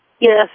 Yes